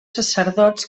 sacerdots